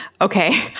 Okay